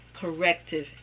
corrective